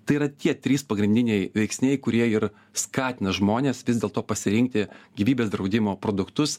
tai yra tie trys pagrindiniai veiksniai kurie ir skatina žmones vis dėlto pasirinkti gyvybės draudimo produktus